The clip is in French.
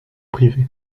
privé